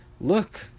Look